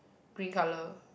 green colour